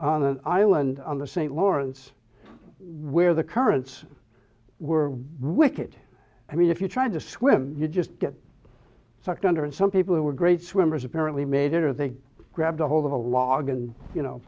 on an island on the st lawrence where the currents were wicked i mean if you're trying to swim you just get sucked under and some people who were great swimmers apparently made it or they grabbed a hold of a log and you know